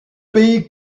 pays